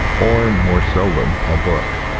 or, more seldom, a book.